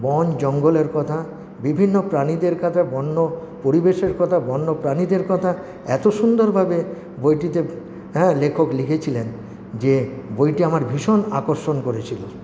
বনজঙ্গলের কথা বিভিন্ন প্রাণীদের কথা বন্য পরিবেশের কথা বন্যপ্রাণীদের কথা এত সুন্দরভাবে বইটিতে হ্যাঁ লেখক লিখেছিলেন যে বইটি আমার ভীষণ আকর্ষণ করেছিল